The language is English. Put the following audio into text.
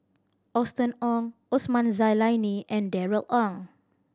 Austen Ong Osman Zailani and Darrell Ang